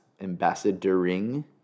ambassadoring